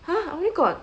!huh! I only got